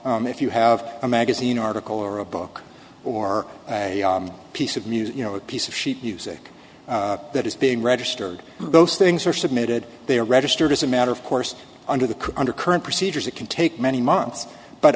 about if you have a magazine article or a book or a piece of music you know a piece of sheet music that is being registered those things are submitted they are registered as a matter of course under the under current procedures it can take many months but